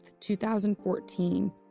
2014